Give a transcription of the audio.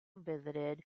visited